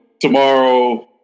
tomorrow